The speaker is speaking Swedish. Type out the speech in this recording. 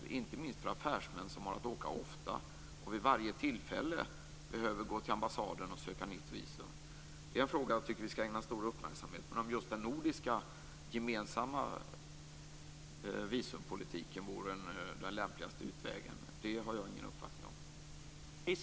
Det är inte minst viktigt för affärsmän som har att åka ofta och som vid varje tillfälle behöver gå till ambassaden och söka nytt visum. Det är en fråga som jag tycker att vi skall ägna stor uppmärksamhet. Men huruvida just en gemensam nordisk visumpolitik vore den lämpligaste utvägen har jag ingen uppfattning om.